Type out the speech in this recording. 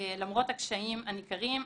למרות הקשיים הניכרים,